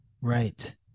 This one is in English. right